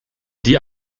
die